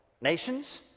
Nations